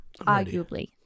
Arguably